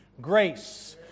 grace